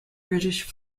british